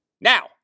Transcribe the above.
Now